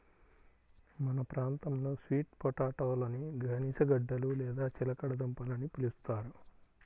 మన ప్రాంతంలో స్వీట్ పొటాటోలని గనిసగడ్డలు లేదా చిలకడ దుంపలు అని పిలుస్తారు